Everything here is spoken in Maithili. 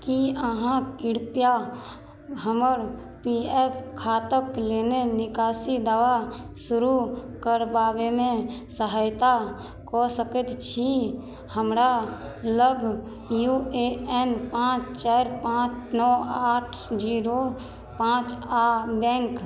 की अहाँ कृपया हमर पी एफ खाताक लेने निकासी दवा शुरू करबाबयमे सहायता कऽ सकैत छी हमरा लग यू ए एन पाँच चारि पाँच नओ आठ जीरो पाँच आओर बैंक